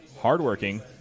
hardworking